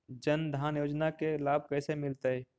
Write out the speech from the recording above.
जन धान योजना के लाभ कैसे मिलतै?